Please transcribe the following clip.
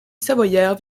savoyard